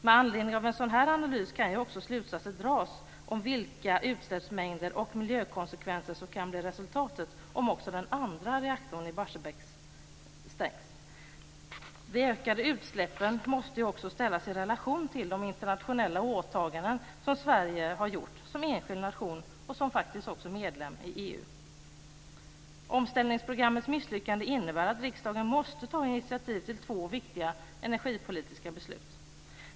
Med anledning av en sådan här analys kan ju också slutsatser dras om vilka utsläppsmängder och miljökonsekvenser som kan bli resultatet om också den andra reaktorn i Barsebäck stängs. De ökade utsläppen måste också ställas i relation till de internationella åtaganden som Sverige har gjort som enskild nation - och faktiskt också som medlem i EU. Omställningsprogrammets misslyckande innebär att riksdagen måste ta initiativ till två viktiga energipolitiska beslut.